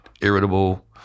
Irritable